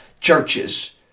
churches